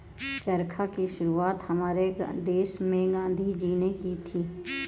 चरखा की शुरुआत हमारे देश में गांधी जी ने की थी